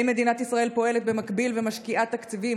האם מדינת ישראל פועלת במקביל ומשקיעה תקציבים,